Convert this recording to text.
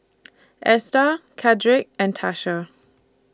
Esta Chadrick and Tasha